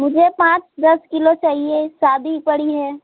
मुझे पाँच दस किलो चाहिए शादी पड़ी है